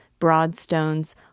broadstones